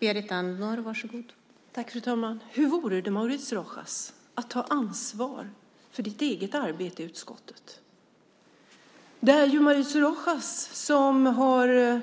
Fru talman! Hur vore det, Mauricio Rojas, att ta ansvar för ditt eget arbete i utskottet? Det är Mauricio Rojas som har